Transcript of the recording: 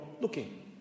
looking